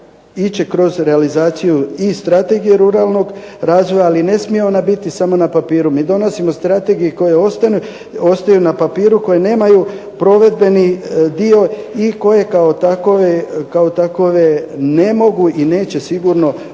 ići kroz realizaciju i Strategije ruralnog razvoja. Ali ne smije ona biti samo na papiru. Mi donosimo strategije koje ostaju na papiru koje nemaju provedbeni dio i koje kao takove ne mogu i ne smiju sigurno